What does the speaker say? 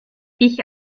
ich